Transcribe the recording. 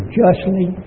justly